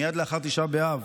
מייד לאחר תשעה באב,